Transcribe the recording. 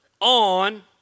on